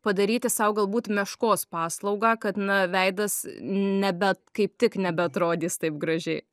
padaryti sau galbūt meškos paslaugą kad na veidas nebe kaip tik nebeatrodys taip gražiai